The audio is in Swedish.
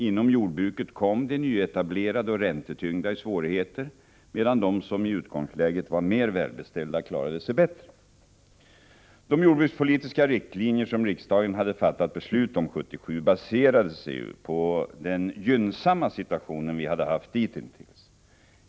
Inom jordbruket kom de nyetablerade och räntetyngda i svårigheter, medan de som i utgångsläget var mer välbeställda klarade sig bättre. De jordbrukspolitiska riktlinjer som riksdagen hade fattat beslut om 1977 baserade sig på den gynnsamma situationen vi hade haft ditintills.